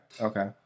Okay